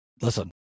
Listen